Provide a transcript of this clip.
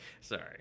Sorry